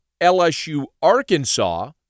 LSU-Arkansas